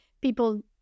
people